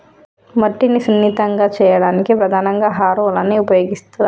మట్టిని సున్నితంగా చేయడానికి ప్రధానంగా హారోలని ఉపయోగిస్తరు